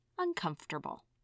uncomfortable